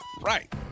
Right